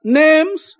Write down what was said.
names